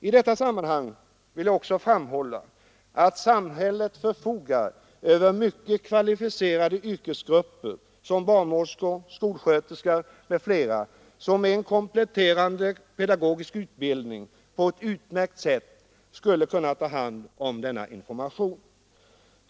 I detta sammanhang bör även framhållas att samhället förfogar över mycket kvalificerade yrkesgrupper, såsom barnmorskor, skolsköterskor etc., som med en kompletterande pedagogisk utbildning på ett utmärkt sätt skulle kunna ta hand om denna information.